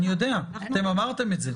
אני יודע, אתם אמרתם את זה.